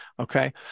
Okay